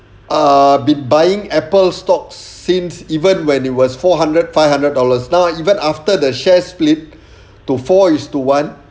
ah been buying apple stocks since even when it was four hundred five hundred dollars now even after the share split to four is to one